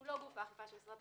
הוא גוף הדרכה.